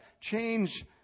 change